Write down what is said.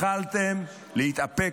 יכולתם להתאפק.